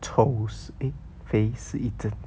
丑是 eh 肥是一阵